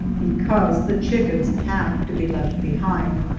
because the chickens have to be left behind.